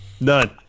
None